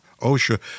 OSHA